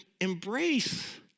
embrace